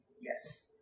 Yes